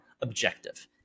objective